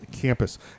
campus